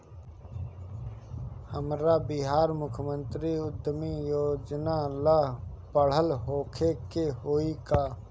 हमरा बिहार मुख्यमंत्री उद्यमी योजना ला पढ़ल होखे के होई का?